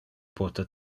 pote